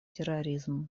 терроризм